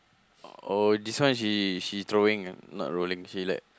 oh this one she she throwing not rolling she like